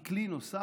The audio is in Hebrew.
הוא כלי נוסף